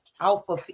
alpha